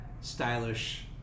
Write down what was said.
stylish